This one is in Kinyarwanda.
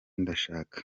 ndashaka